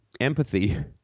Empathy